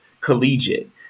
collegiate